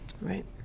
Right